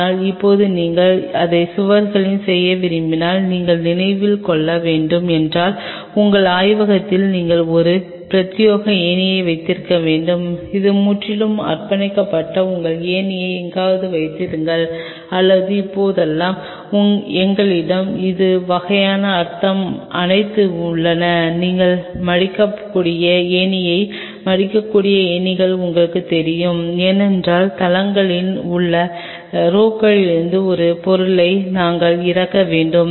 ஆனால் இப்போது நீங்கள் அதை சுவர்களில் செய்ய விரும்பினால் நீங்கள் நினைவில் கொள்ள வேண்டும் என்றால் உங்கள் ஆய்வகத்திற்கு நீங்கள் ஒரு பிரத்யேக ஏணியை வைத்திருக்க வேண்டும் இது முற்றிலும் அர்ப்பணிக்கப்பட்ட உங்கள் ஏணியை எங்காவது வைத்திருங்கள் அல்லது இப்போதெல்லாம் எங்களிடம் இந்த வகையான அனைத்தும் உள்ளன நீங்கள் மடிக்கக்கூடிய ஏணியை மடிக்கக்கூடிய ஏணிகள் உங்களுக்குத் தெரியும் ஏனென்றால் தளங்களில் உள்ள ரேக்குகளிலிருந்து ஒரு பொருளை நாங்கள் இரக்க வேண்டும்